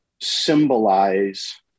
symbolize